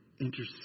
intercede